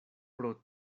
pro